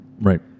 Right